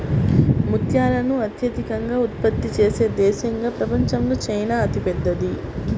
ముత్యాలను అత్యధికంగా ఉత్పత్తి చేసే దేశంగా ప్రపంచంలో చైనా అతిపెద్దది